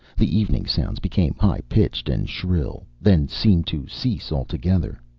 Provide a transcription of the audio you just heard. the evening sounds became high-pitched and shrill, then seemed to cease altogether.